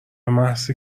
محضی